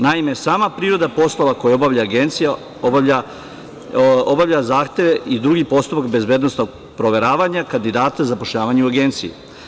Naime, sama priroda poslova koje obavlja Agencija, obavlja zahteve i druge postupke bezbednosnog proveravanja kandidata i zapošljavanja u Agenciji.